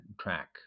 track